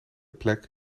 plek